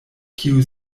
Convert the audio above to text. kiu